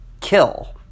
kill